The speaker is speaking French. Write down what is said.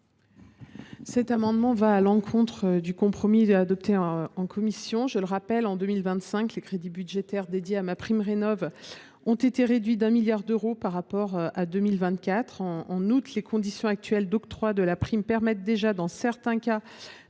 cet amendement vont à l’encontre du compromis que nous avons adopté en commission. Je le rappelle, en 2025, les crédits budgétaires dédiés à MaPrimeRénov’ ont été réduits d’un milliard d’euros par rapport à 2024. En outre, les conditions actuelles d’octroi de la prime permettent déjà, dans certains cas,